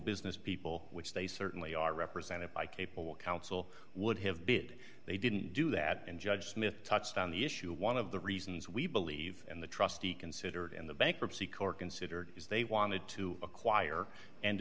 business people which they certainly are represented by capable counsel would have bid they didn't do that and judge smith touched on the issue one of the reasons we believe in the trustee considered in the bankruptcy court considered is they wanted to acquire and